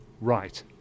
Right